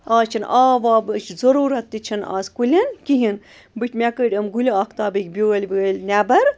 آز چھِنہٕ آب وابٕچ ضٔروٗرت تہِ چھَنہٕ آز کُلٮ۪ن کِہیٖنۍ مےٚ کٔڑۍ یِم گُلہِ آختابٕکۍ بیٛٲلۍ ویٛٲلۍ نٮ۪بَر